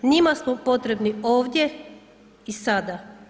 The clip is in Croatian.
Njima smo potrebni ovdje i sada.